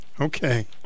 Okay